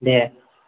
दे